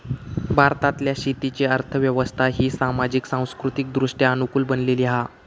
भारतातल्या शेतीची अर्थ व्यवस्था ही सामाजिक, सांस्कृतिकदृष्ट्या अनुकूल बनलेली हा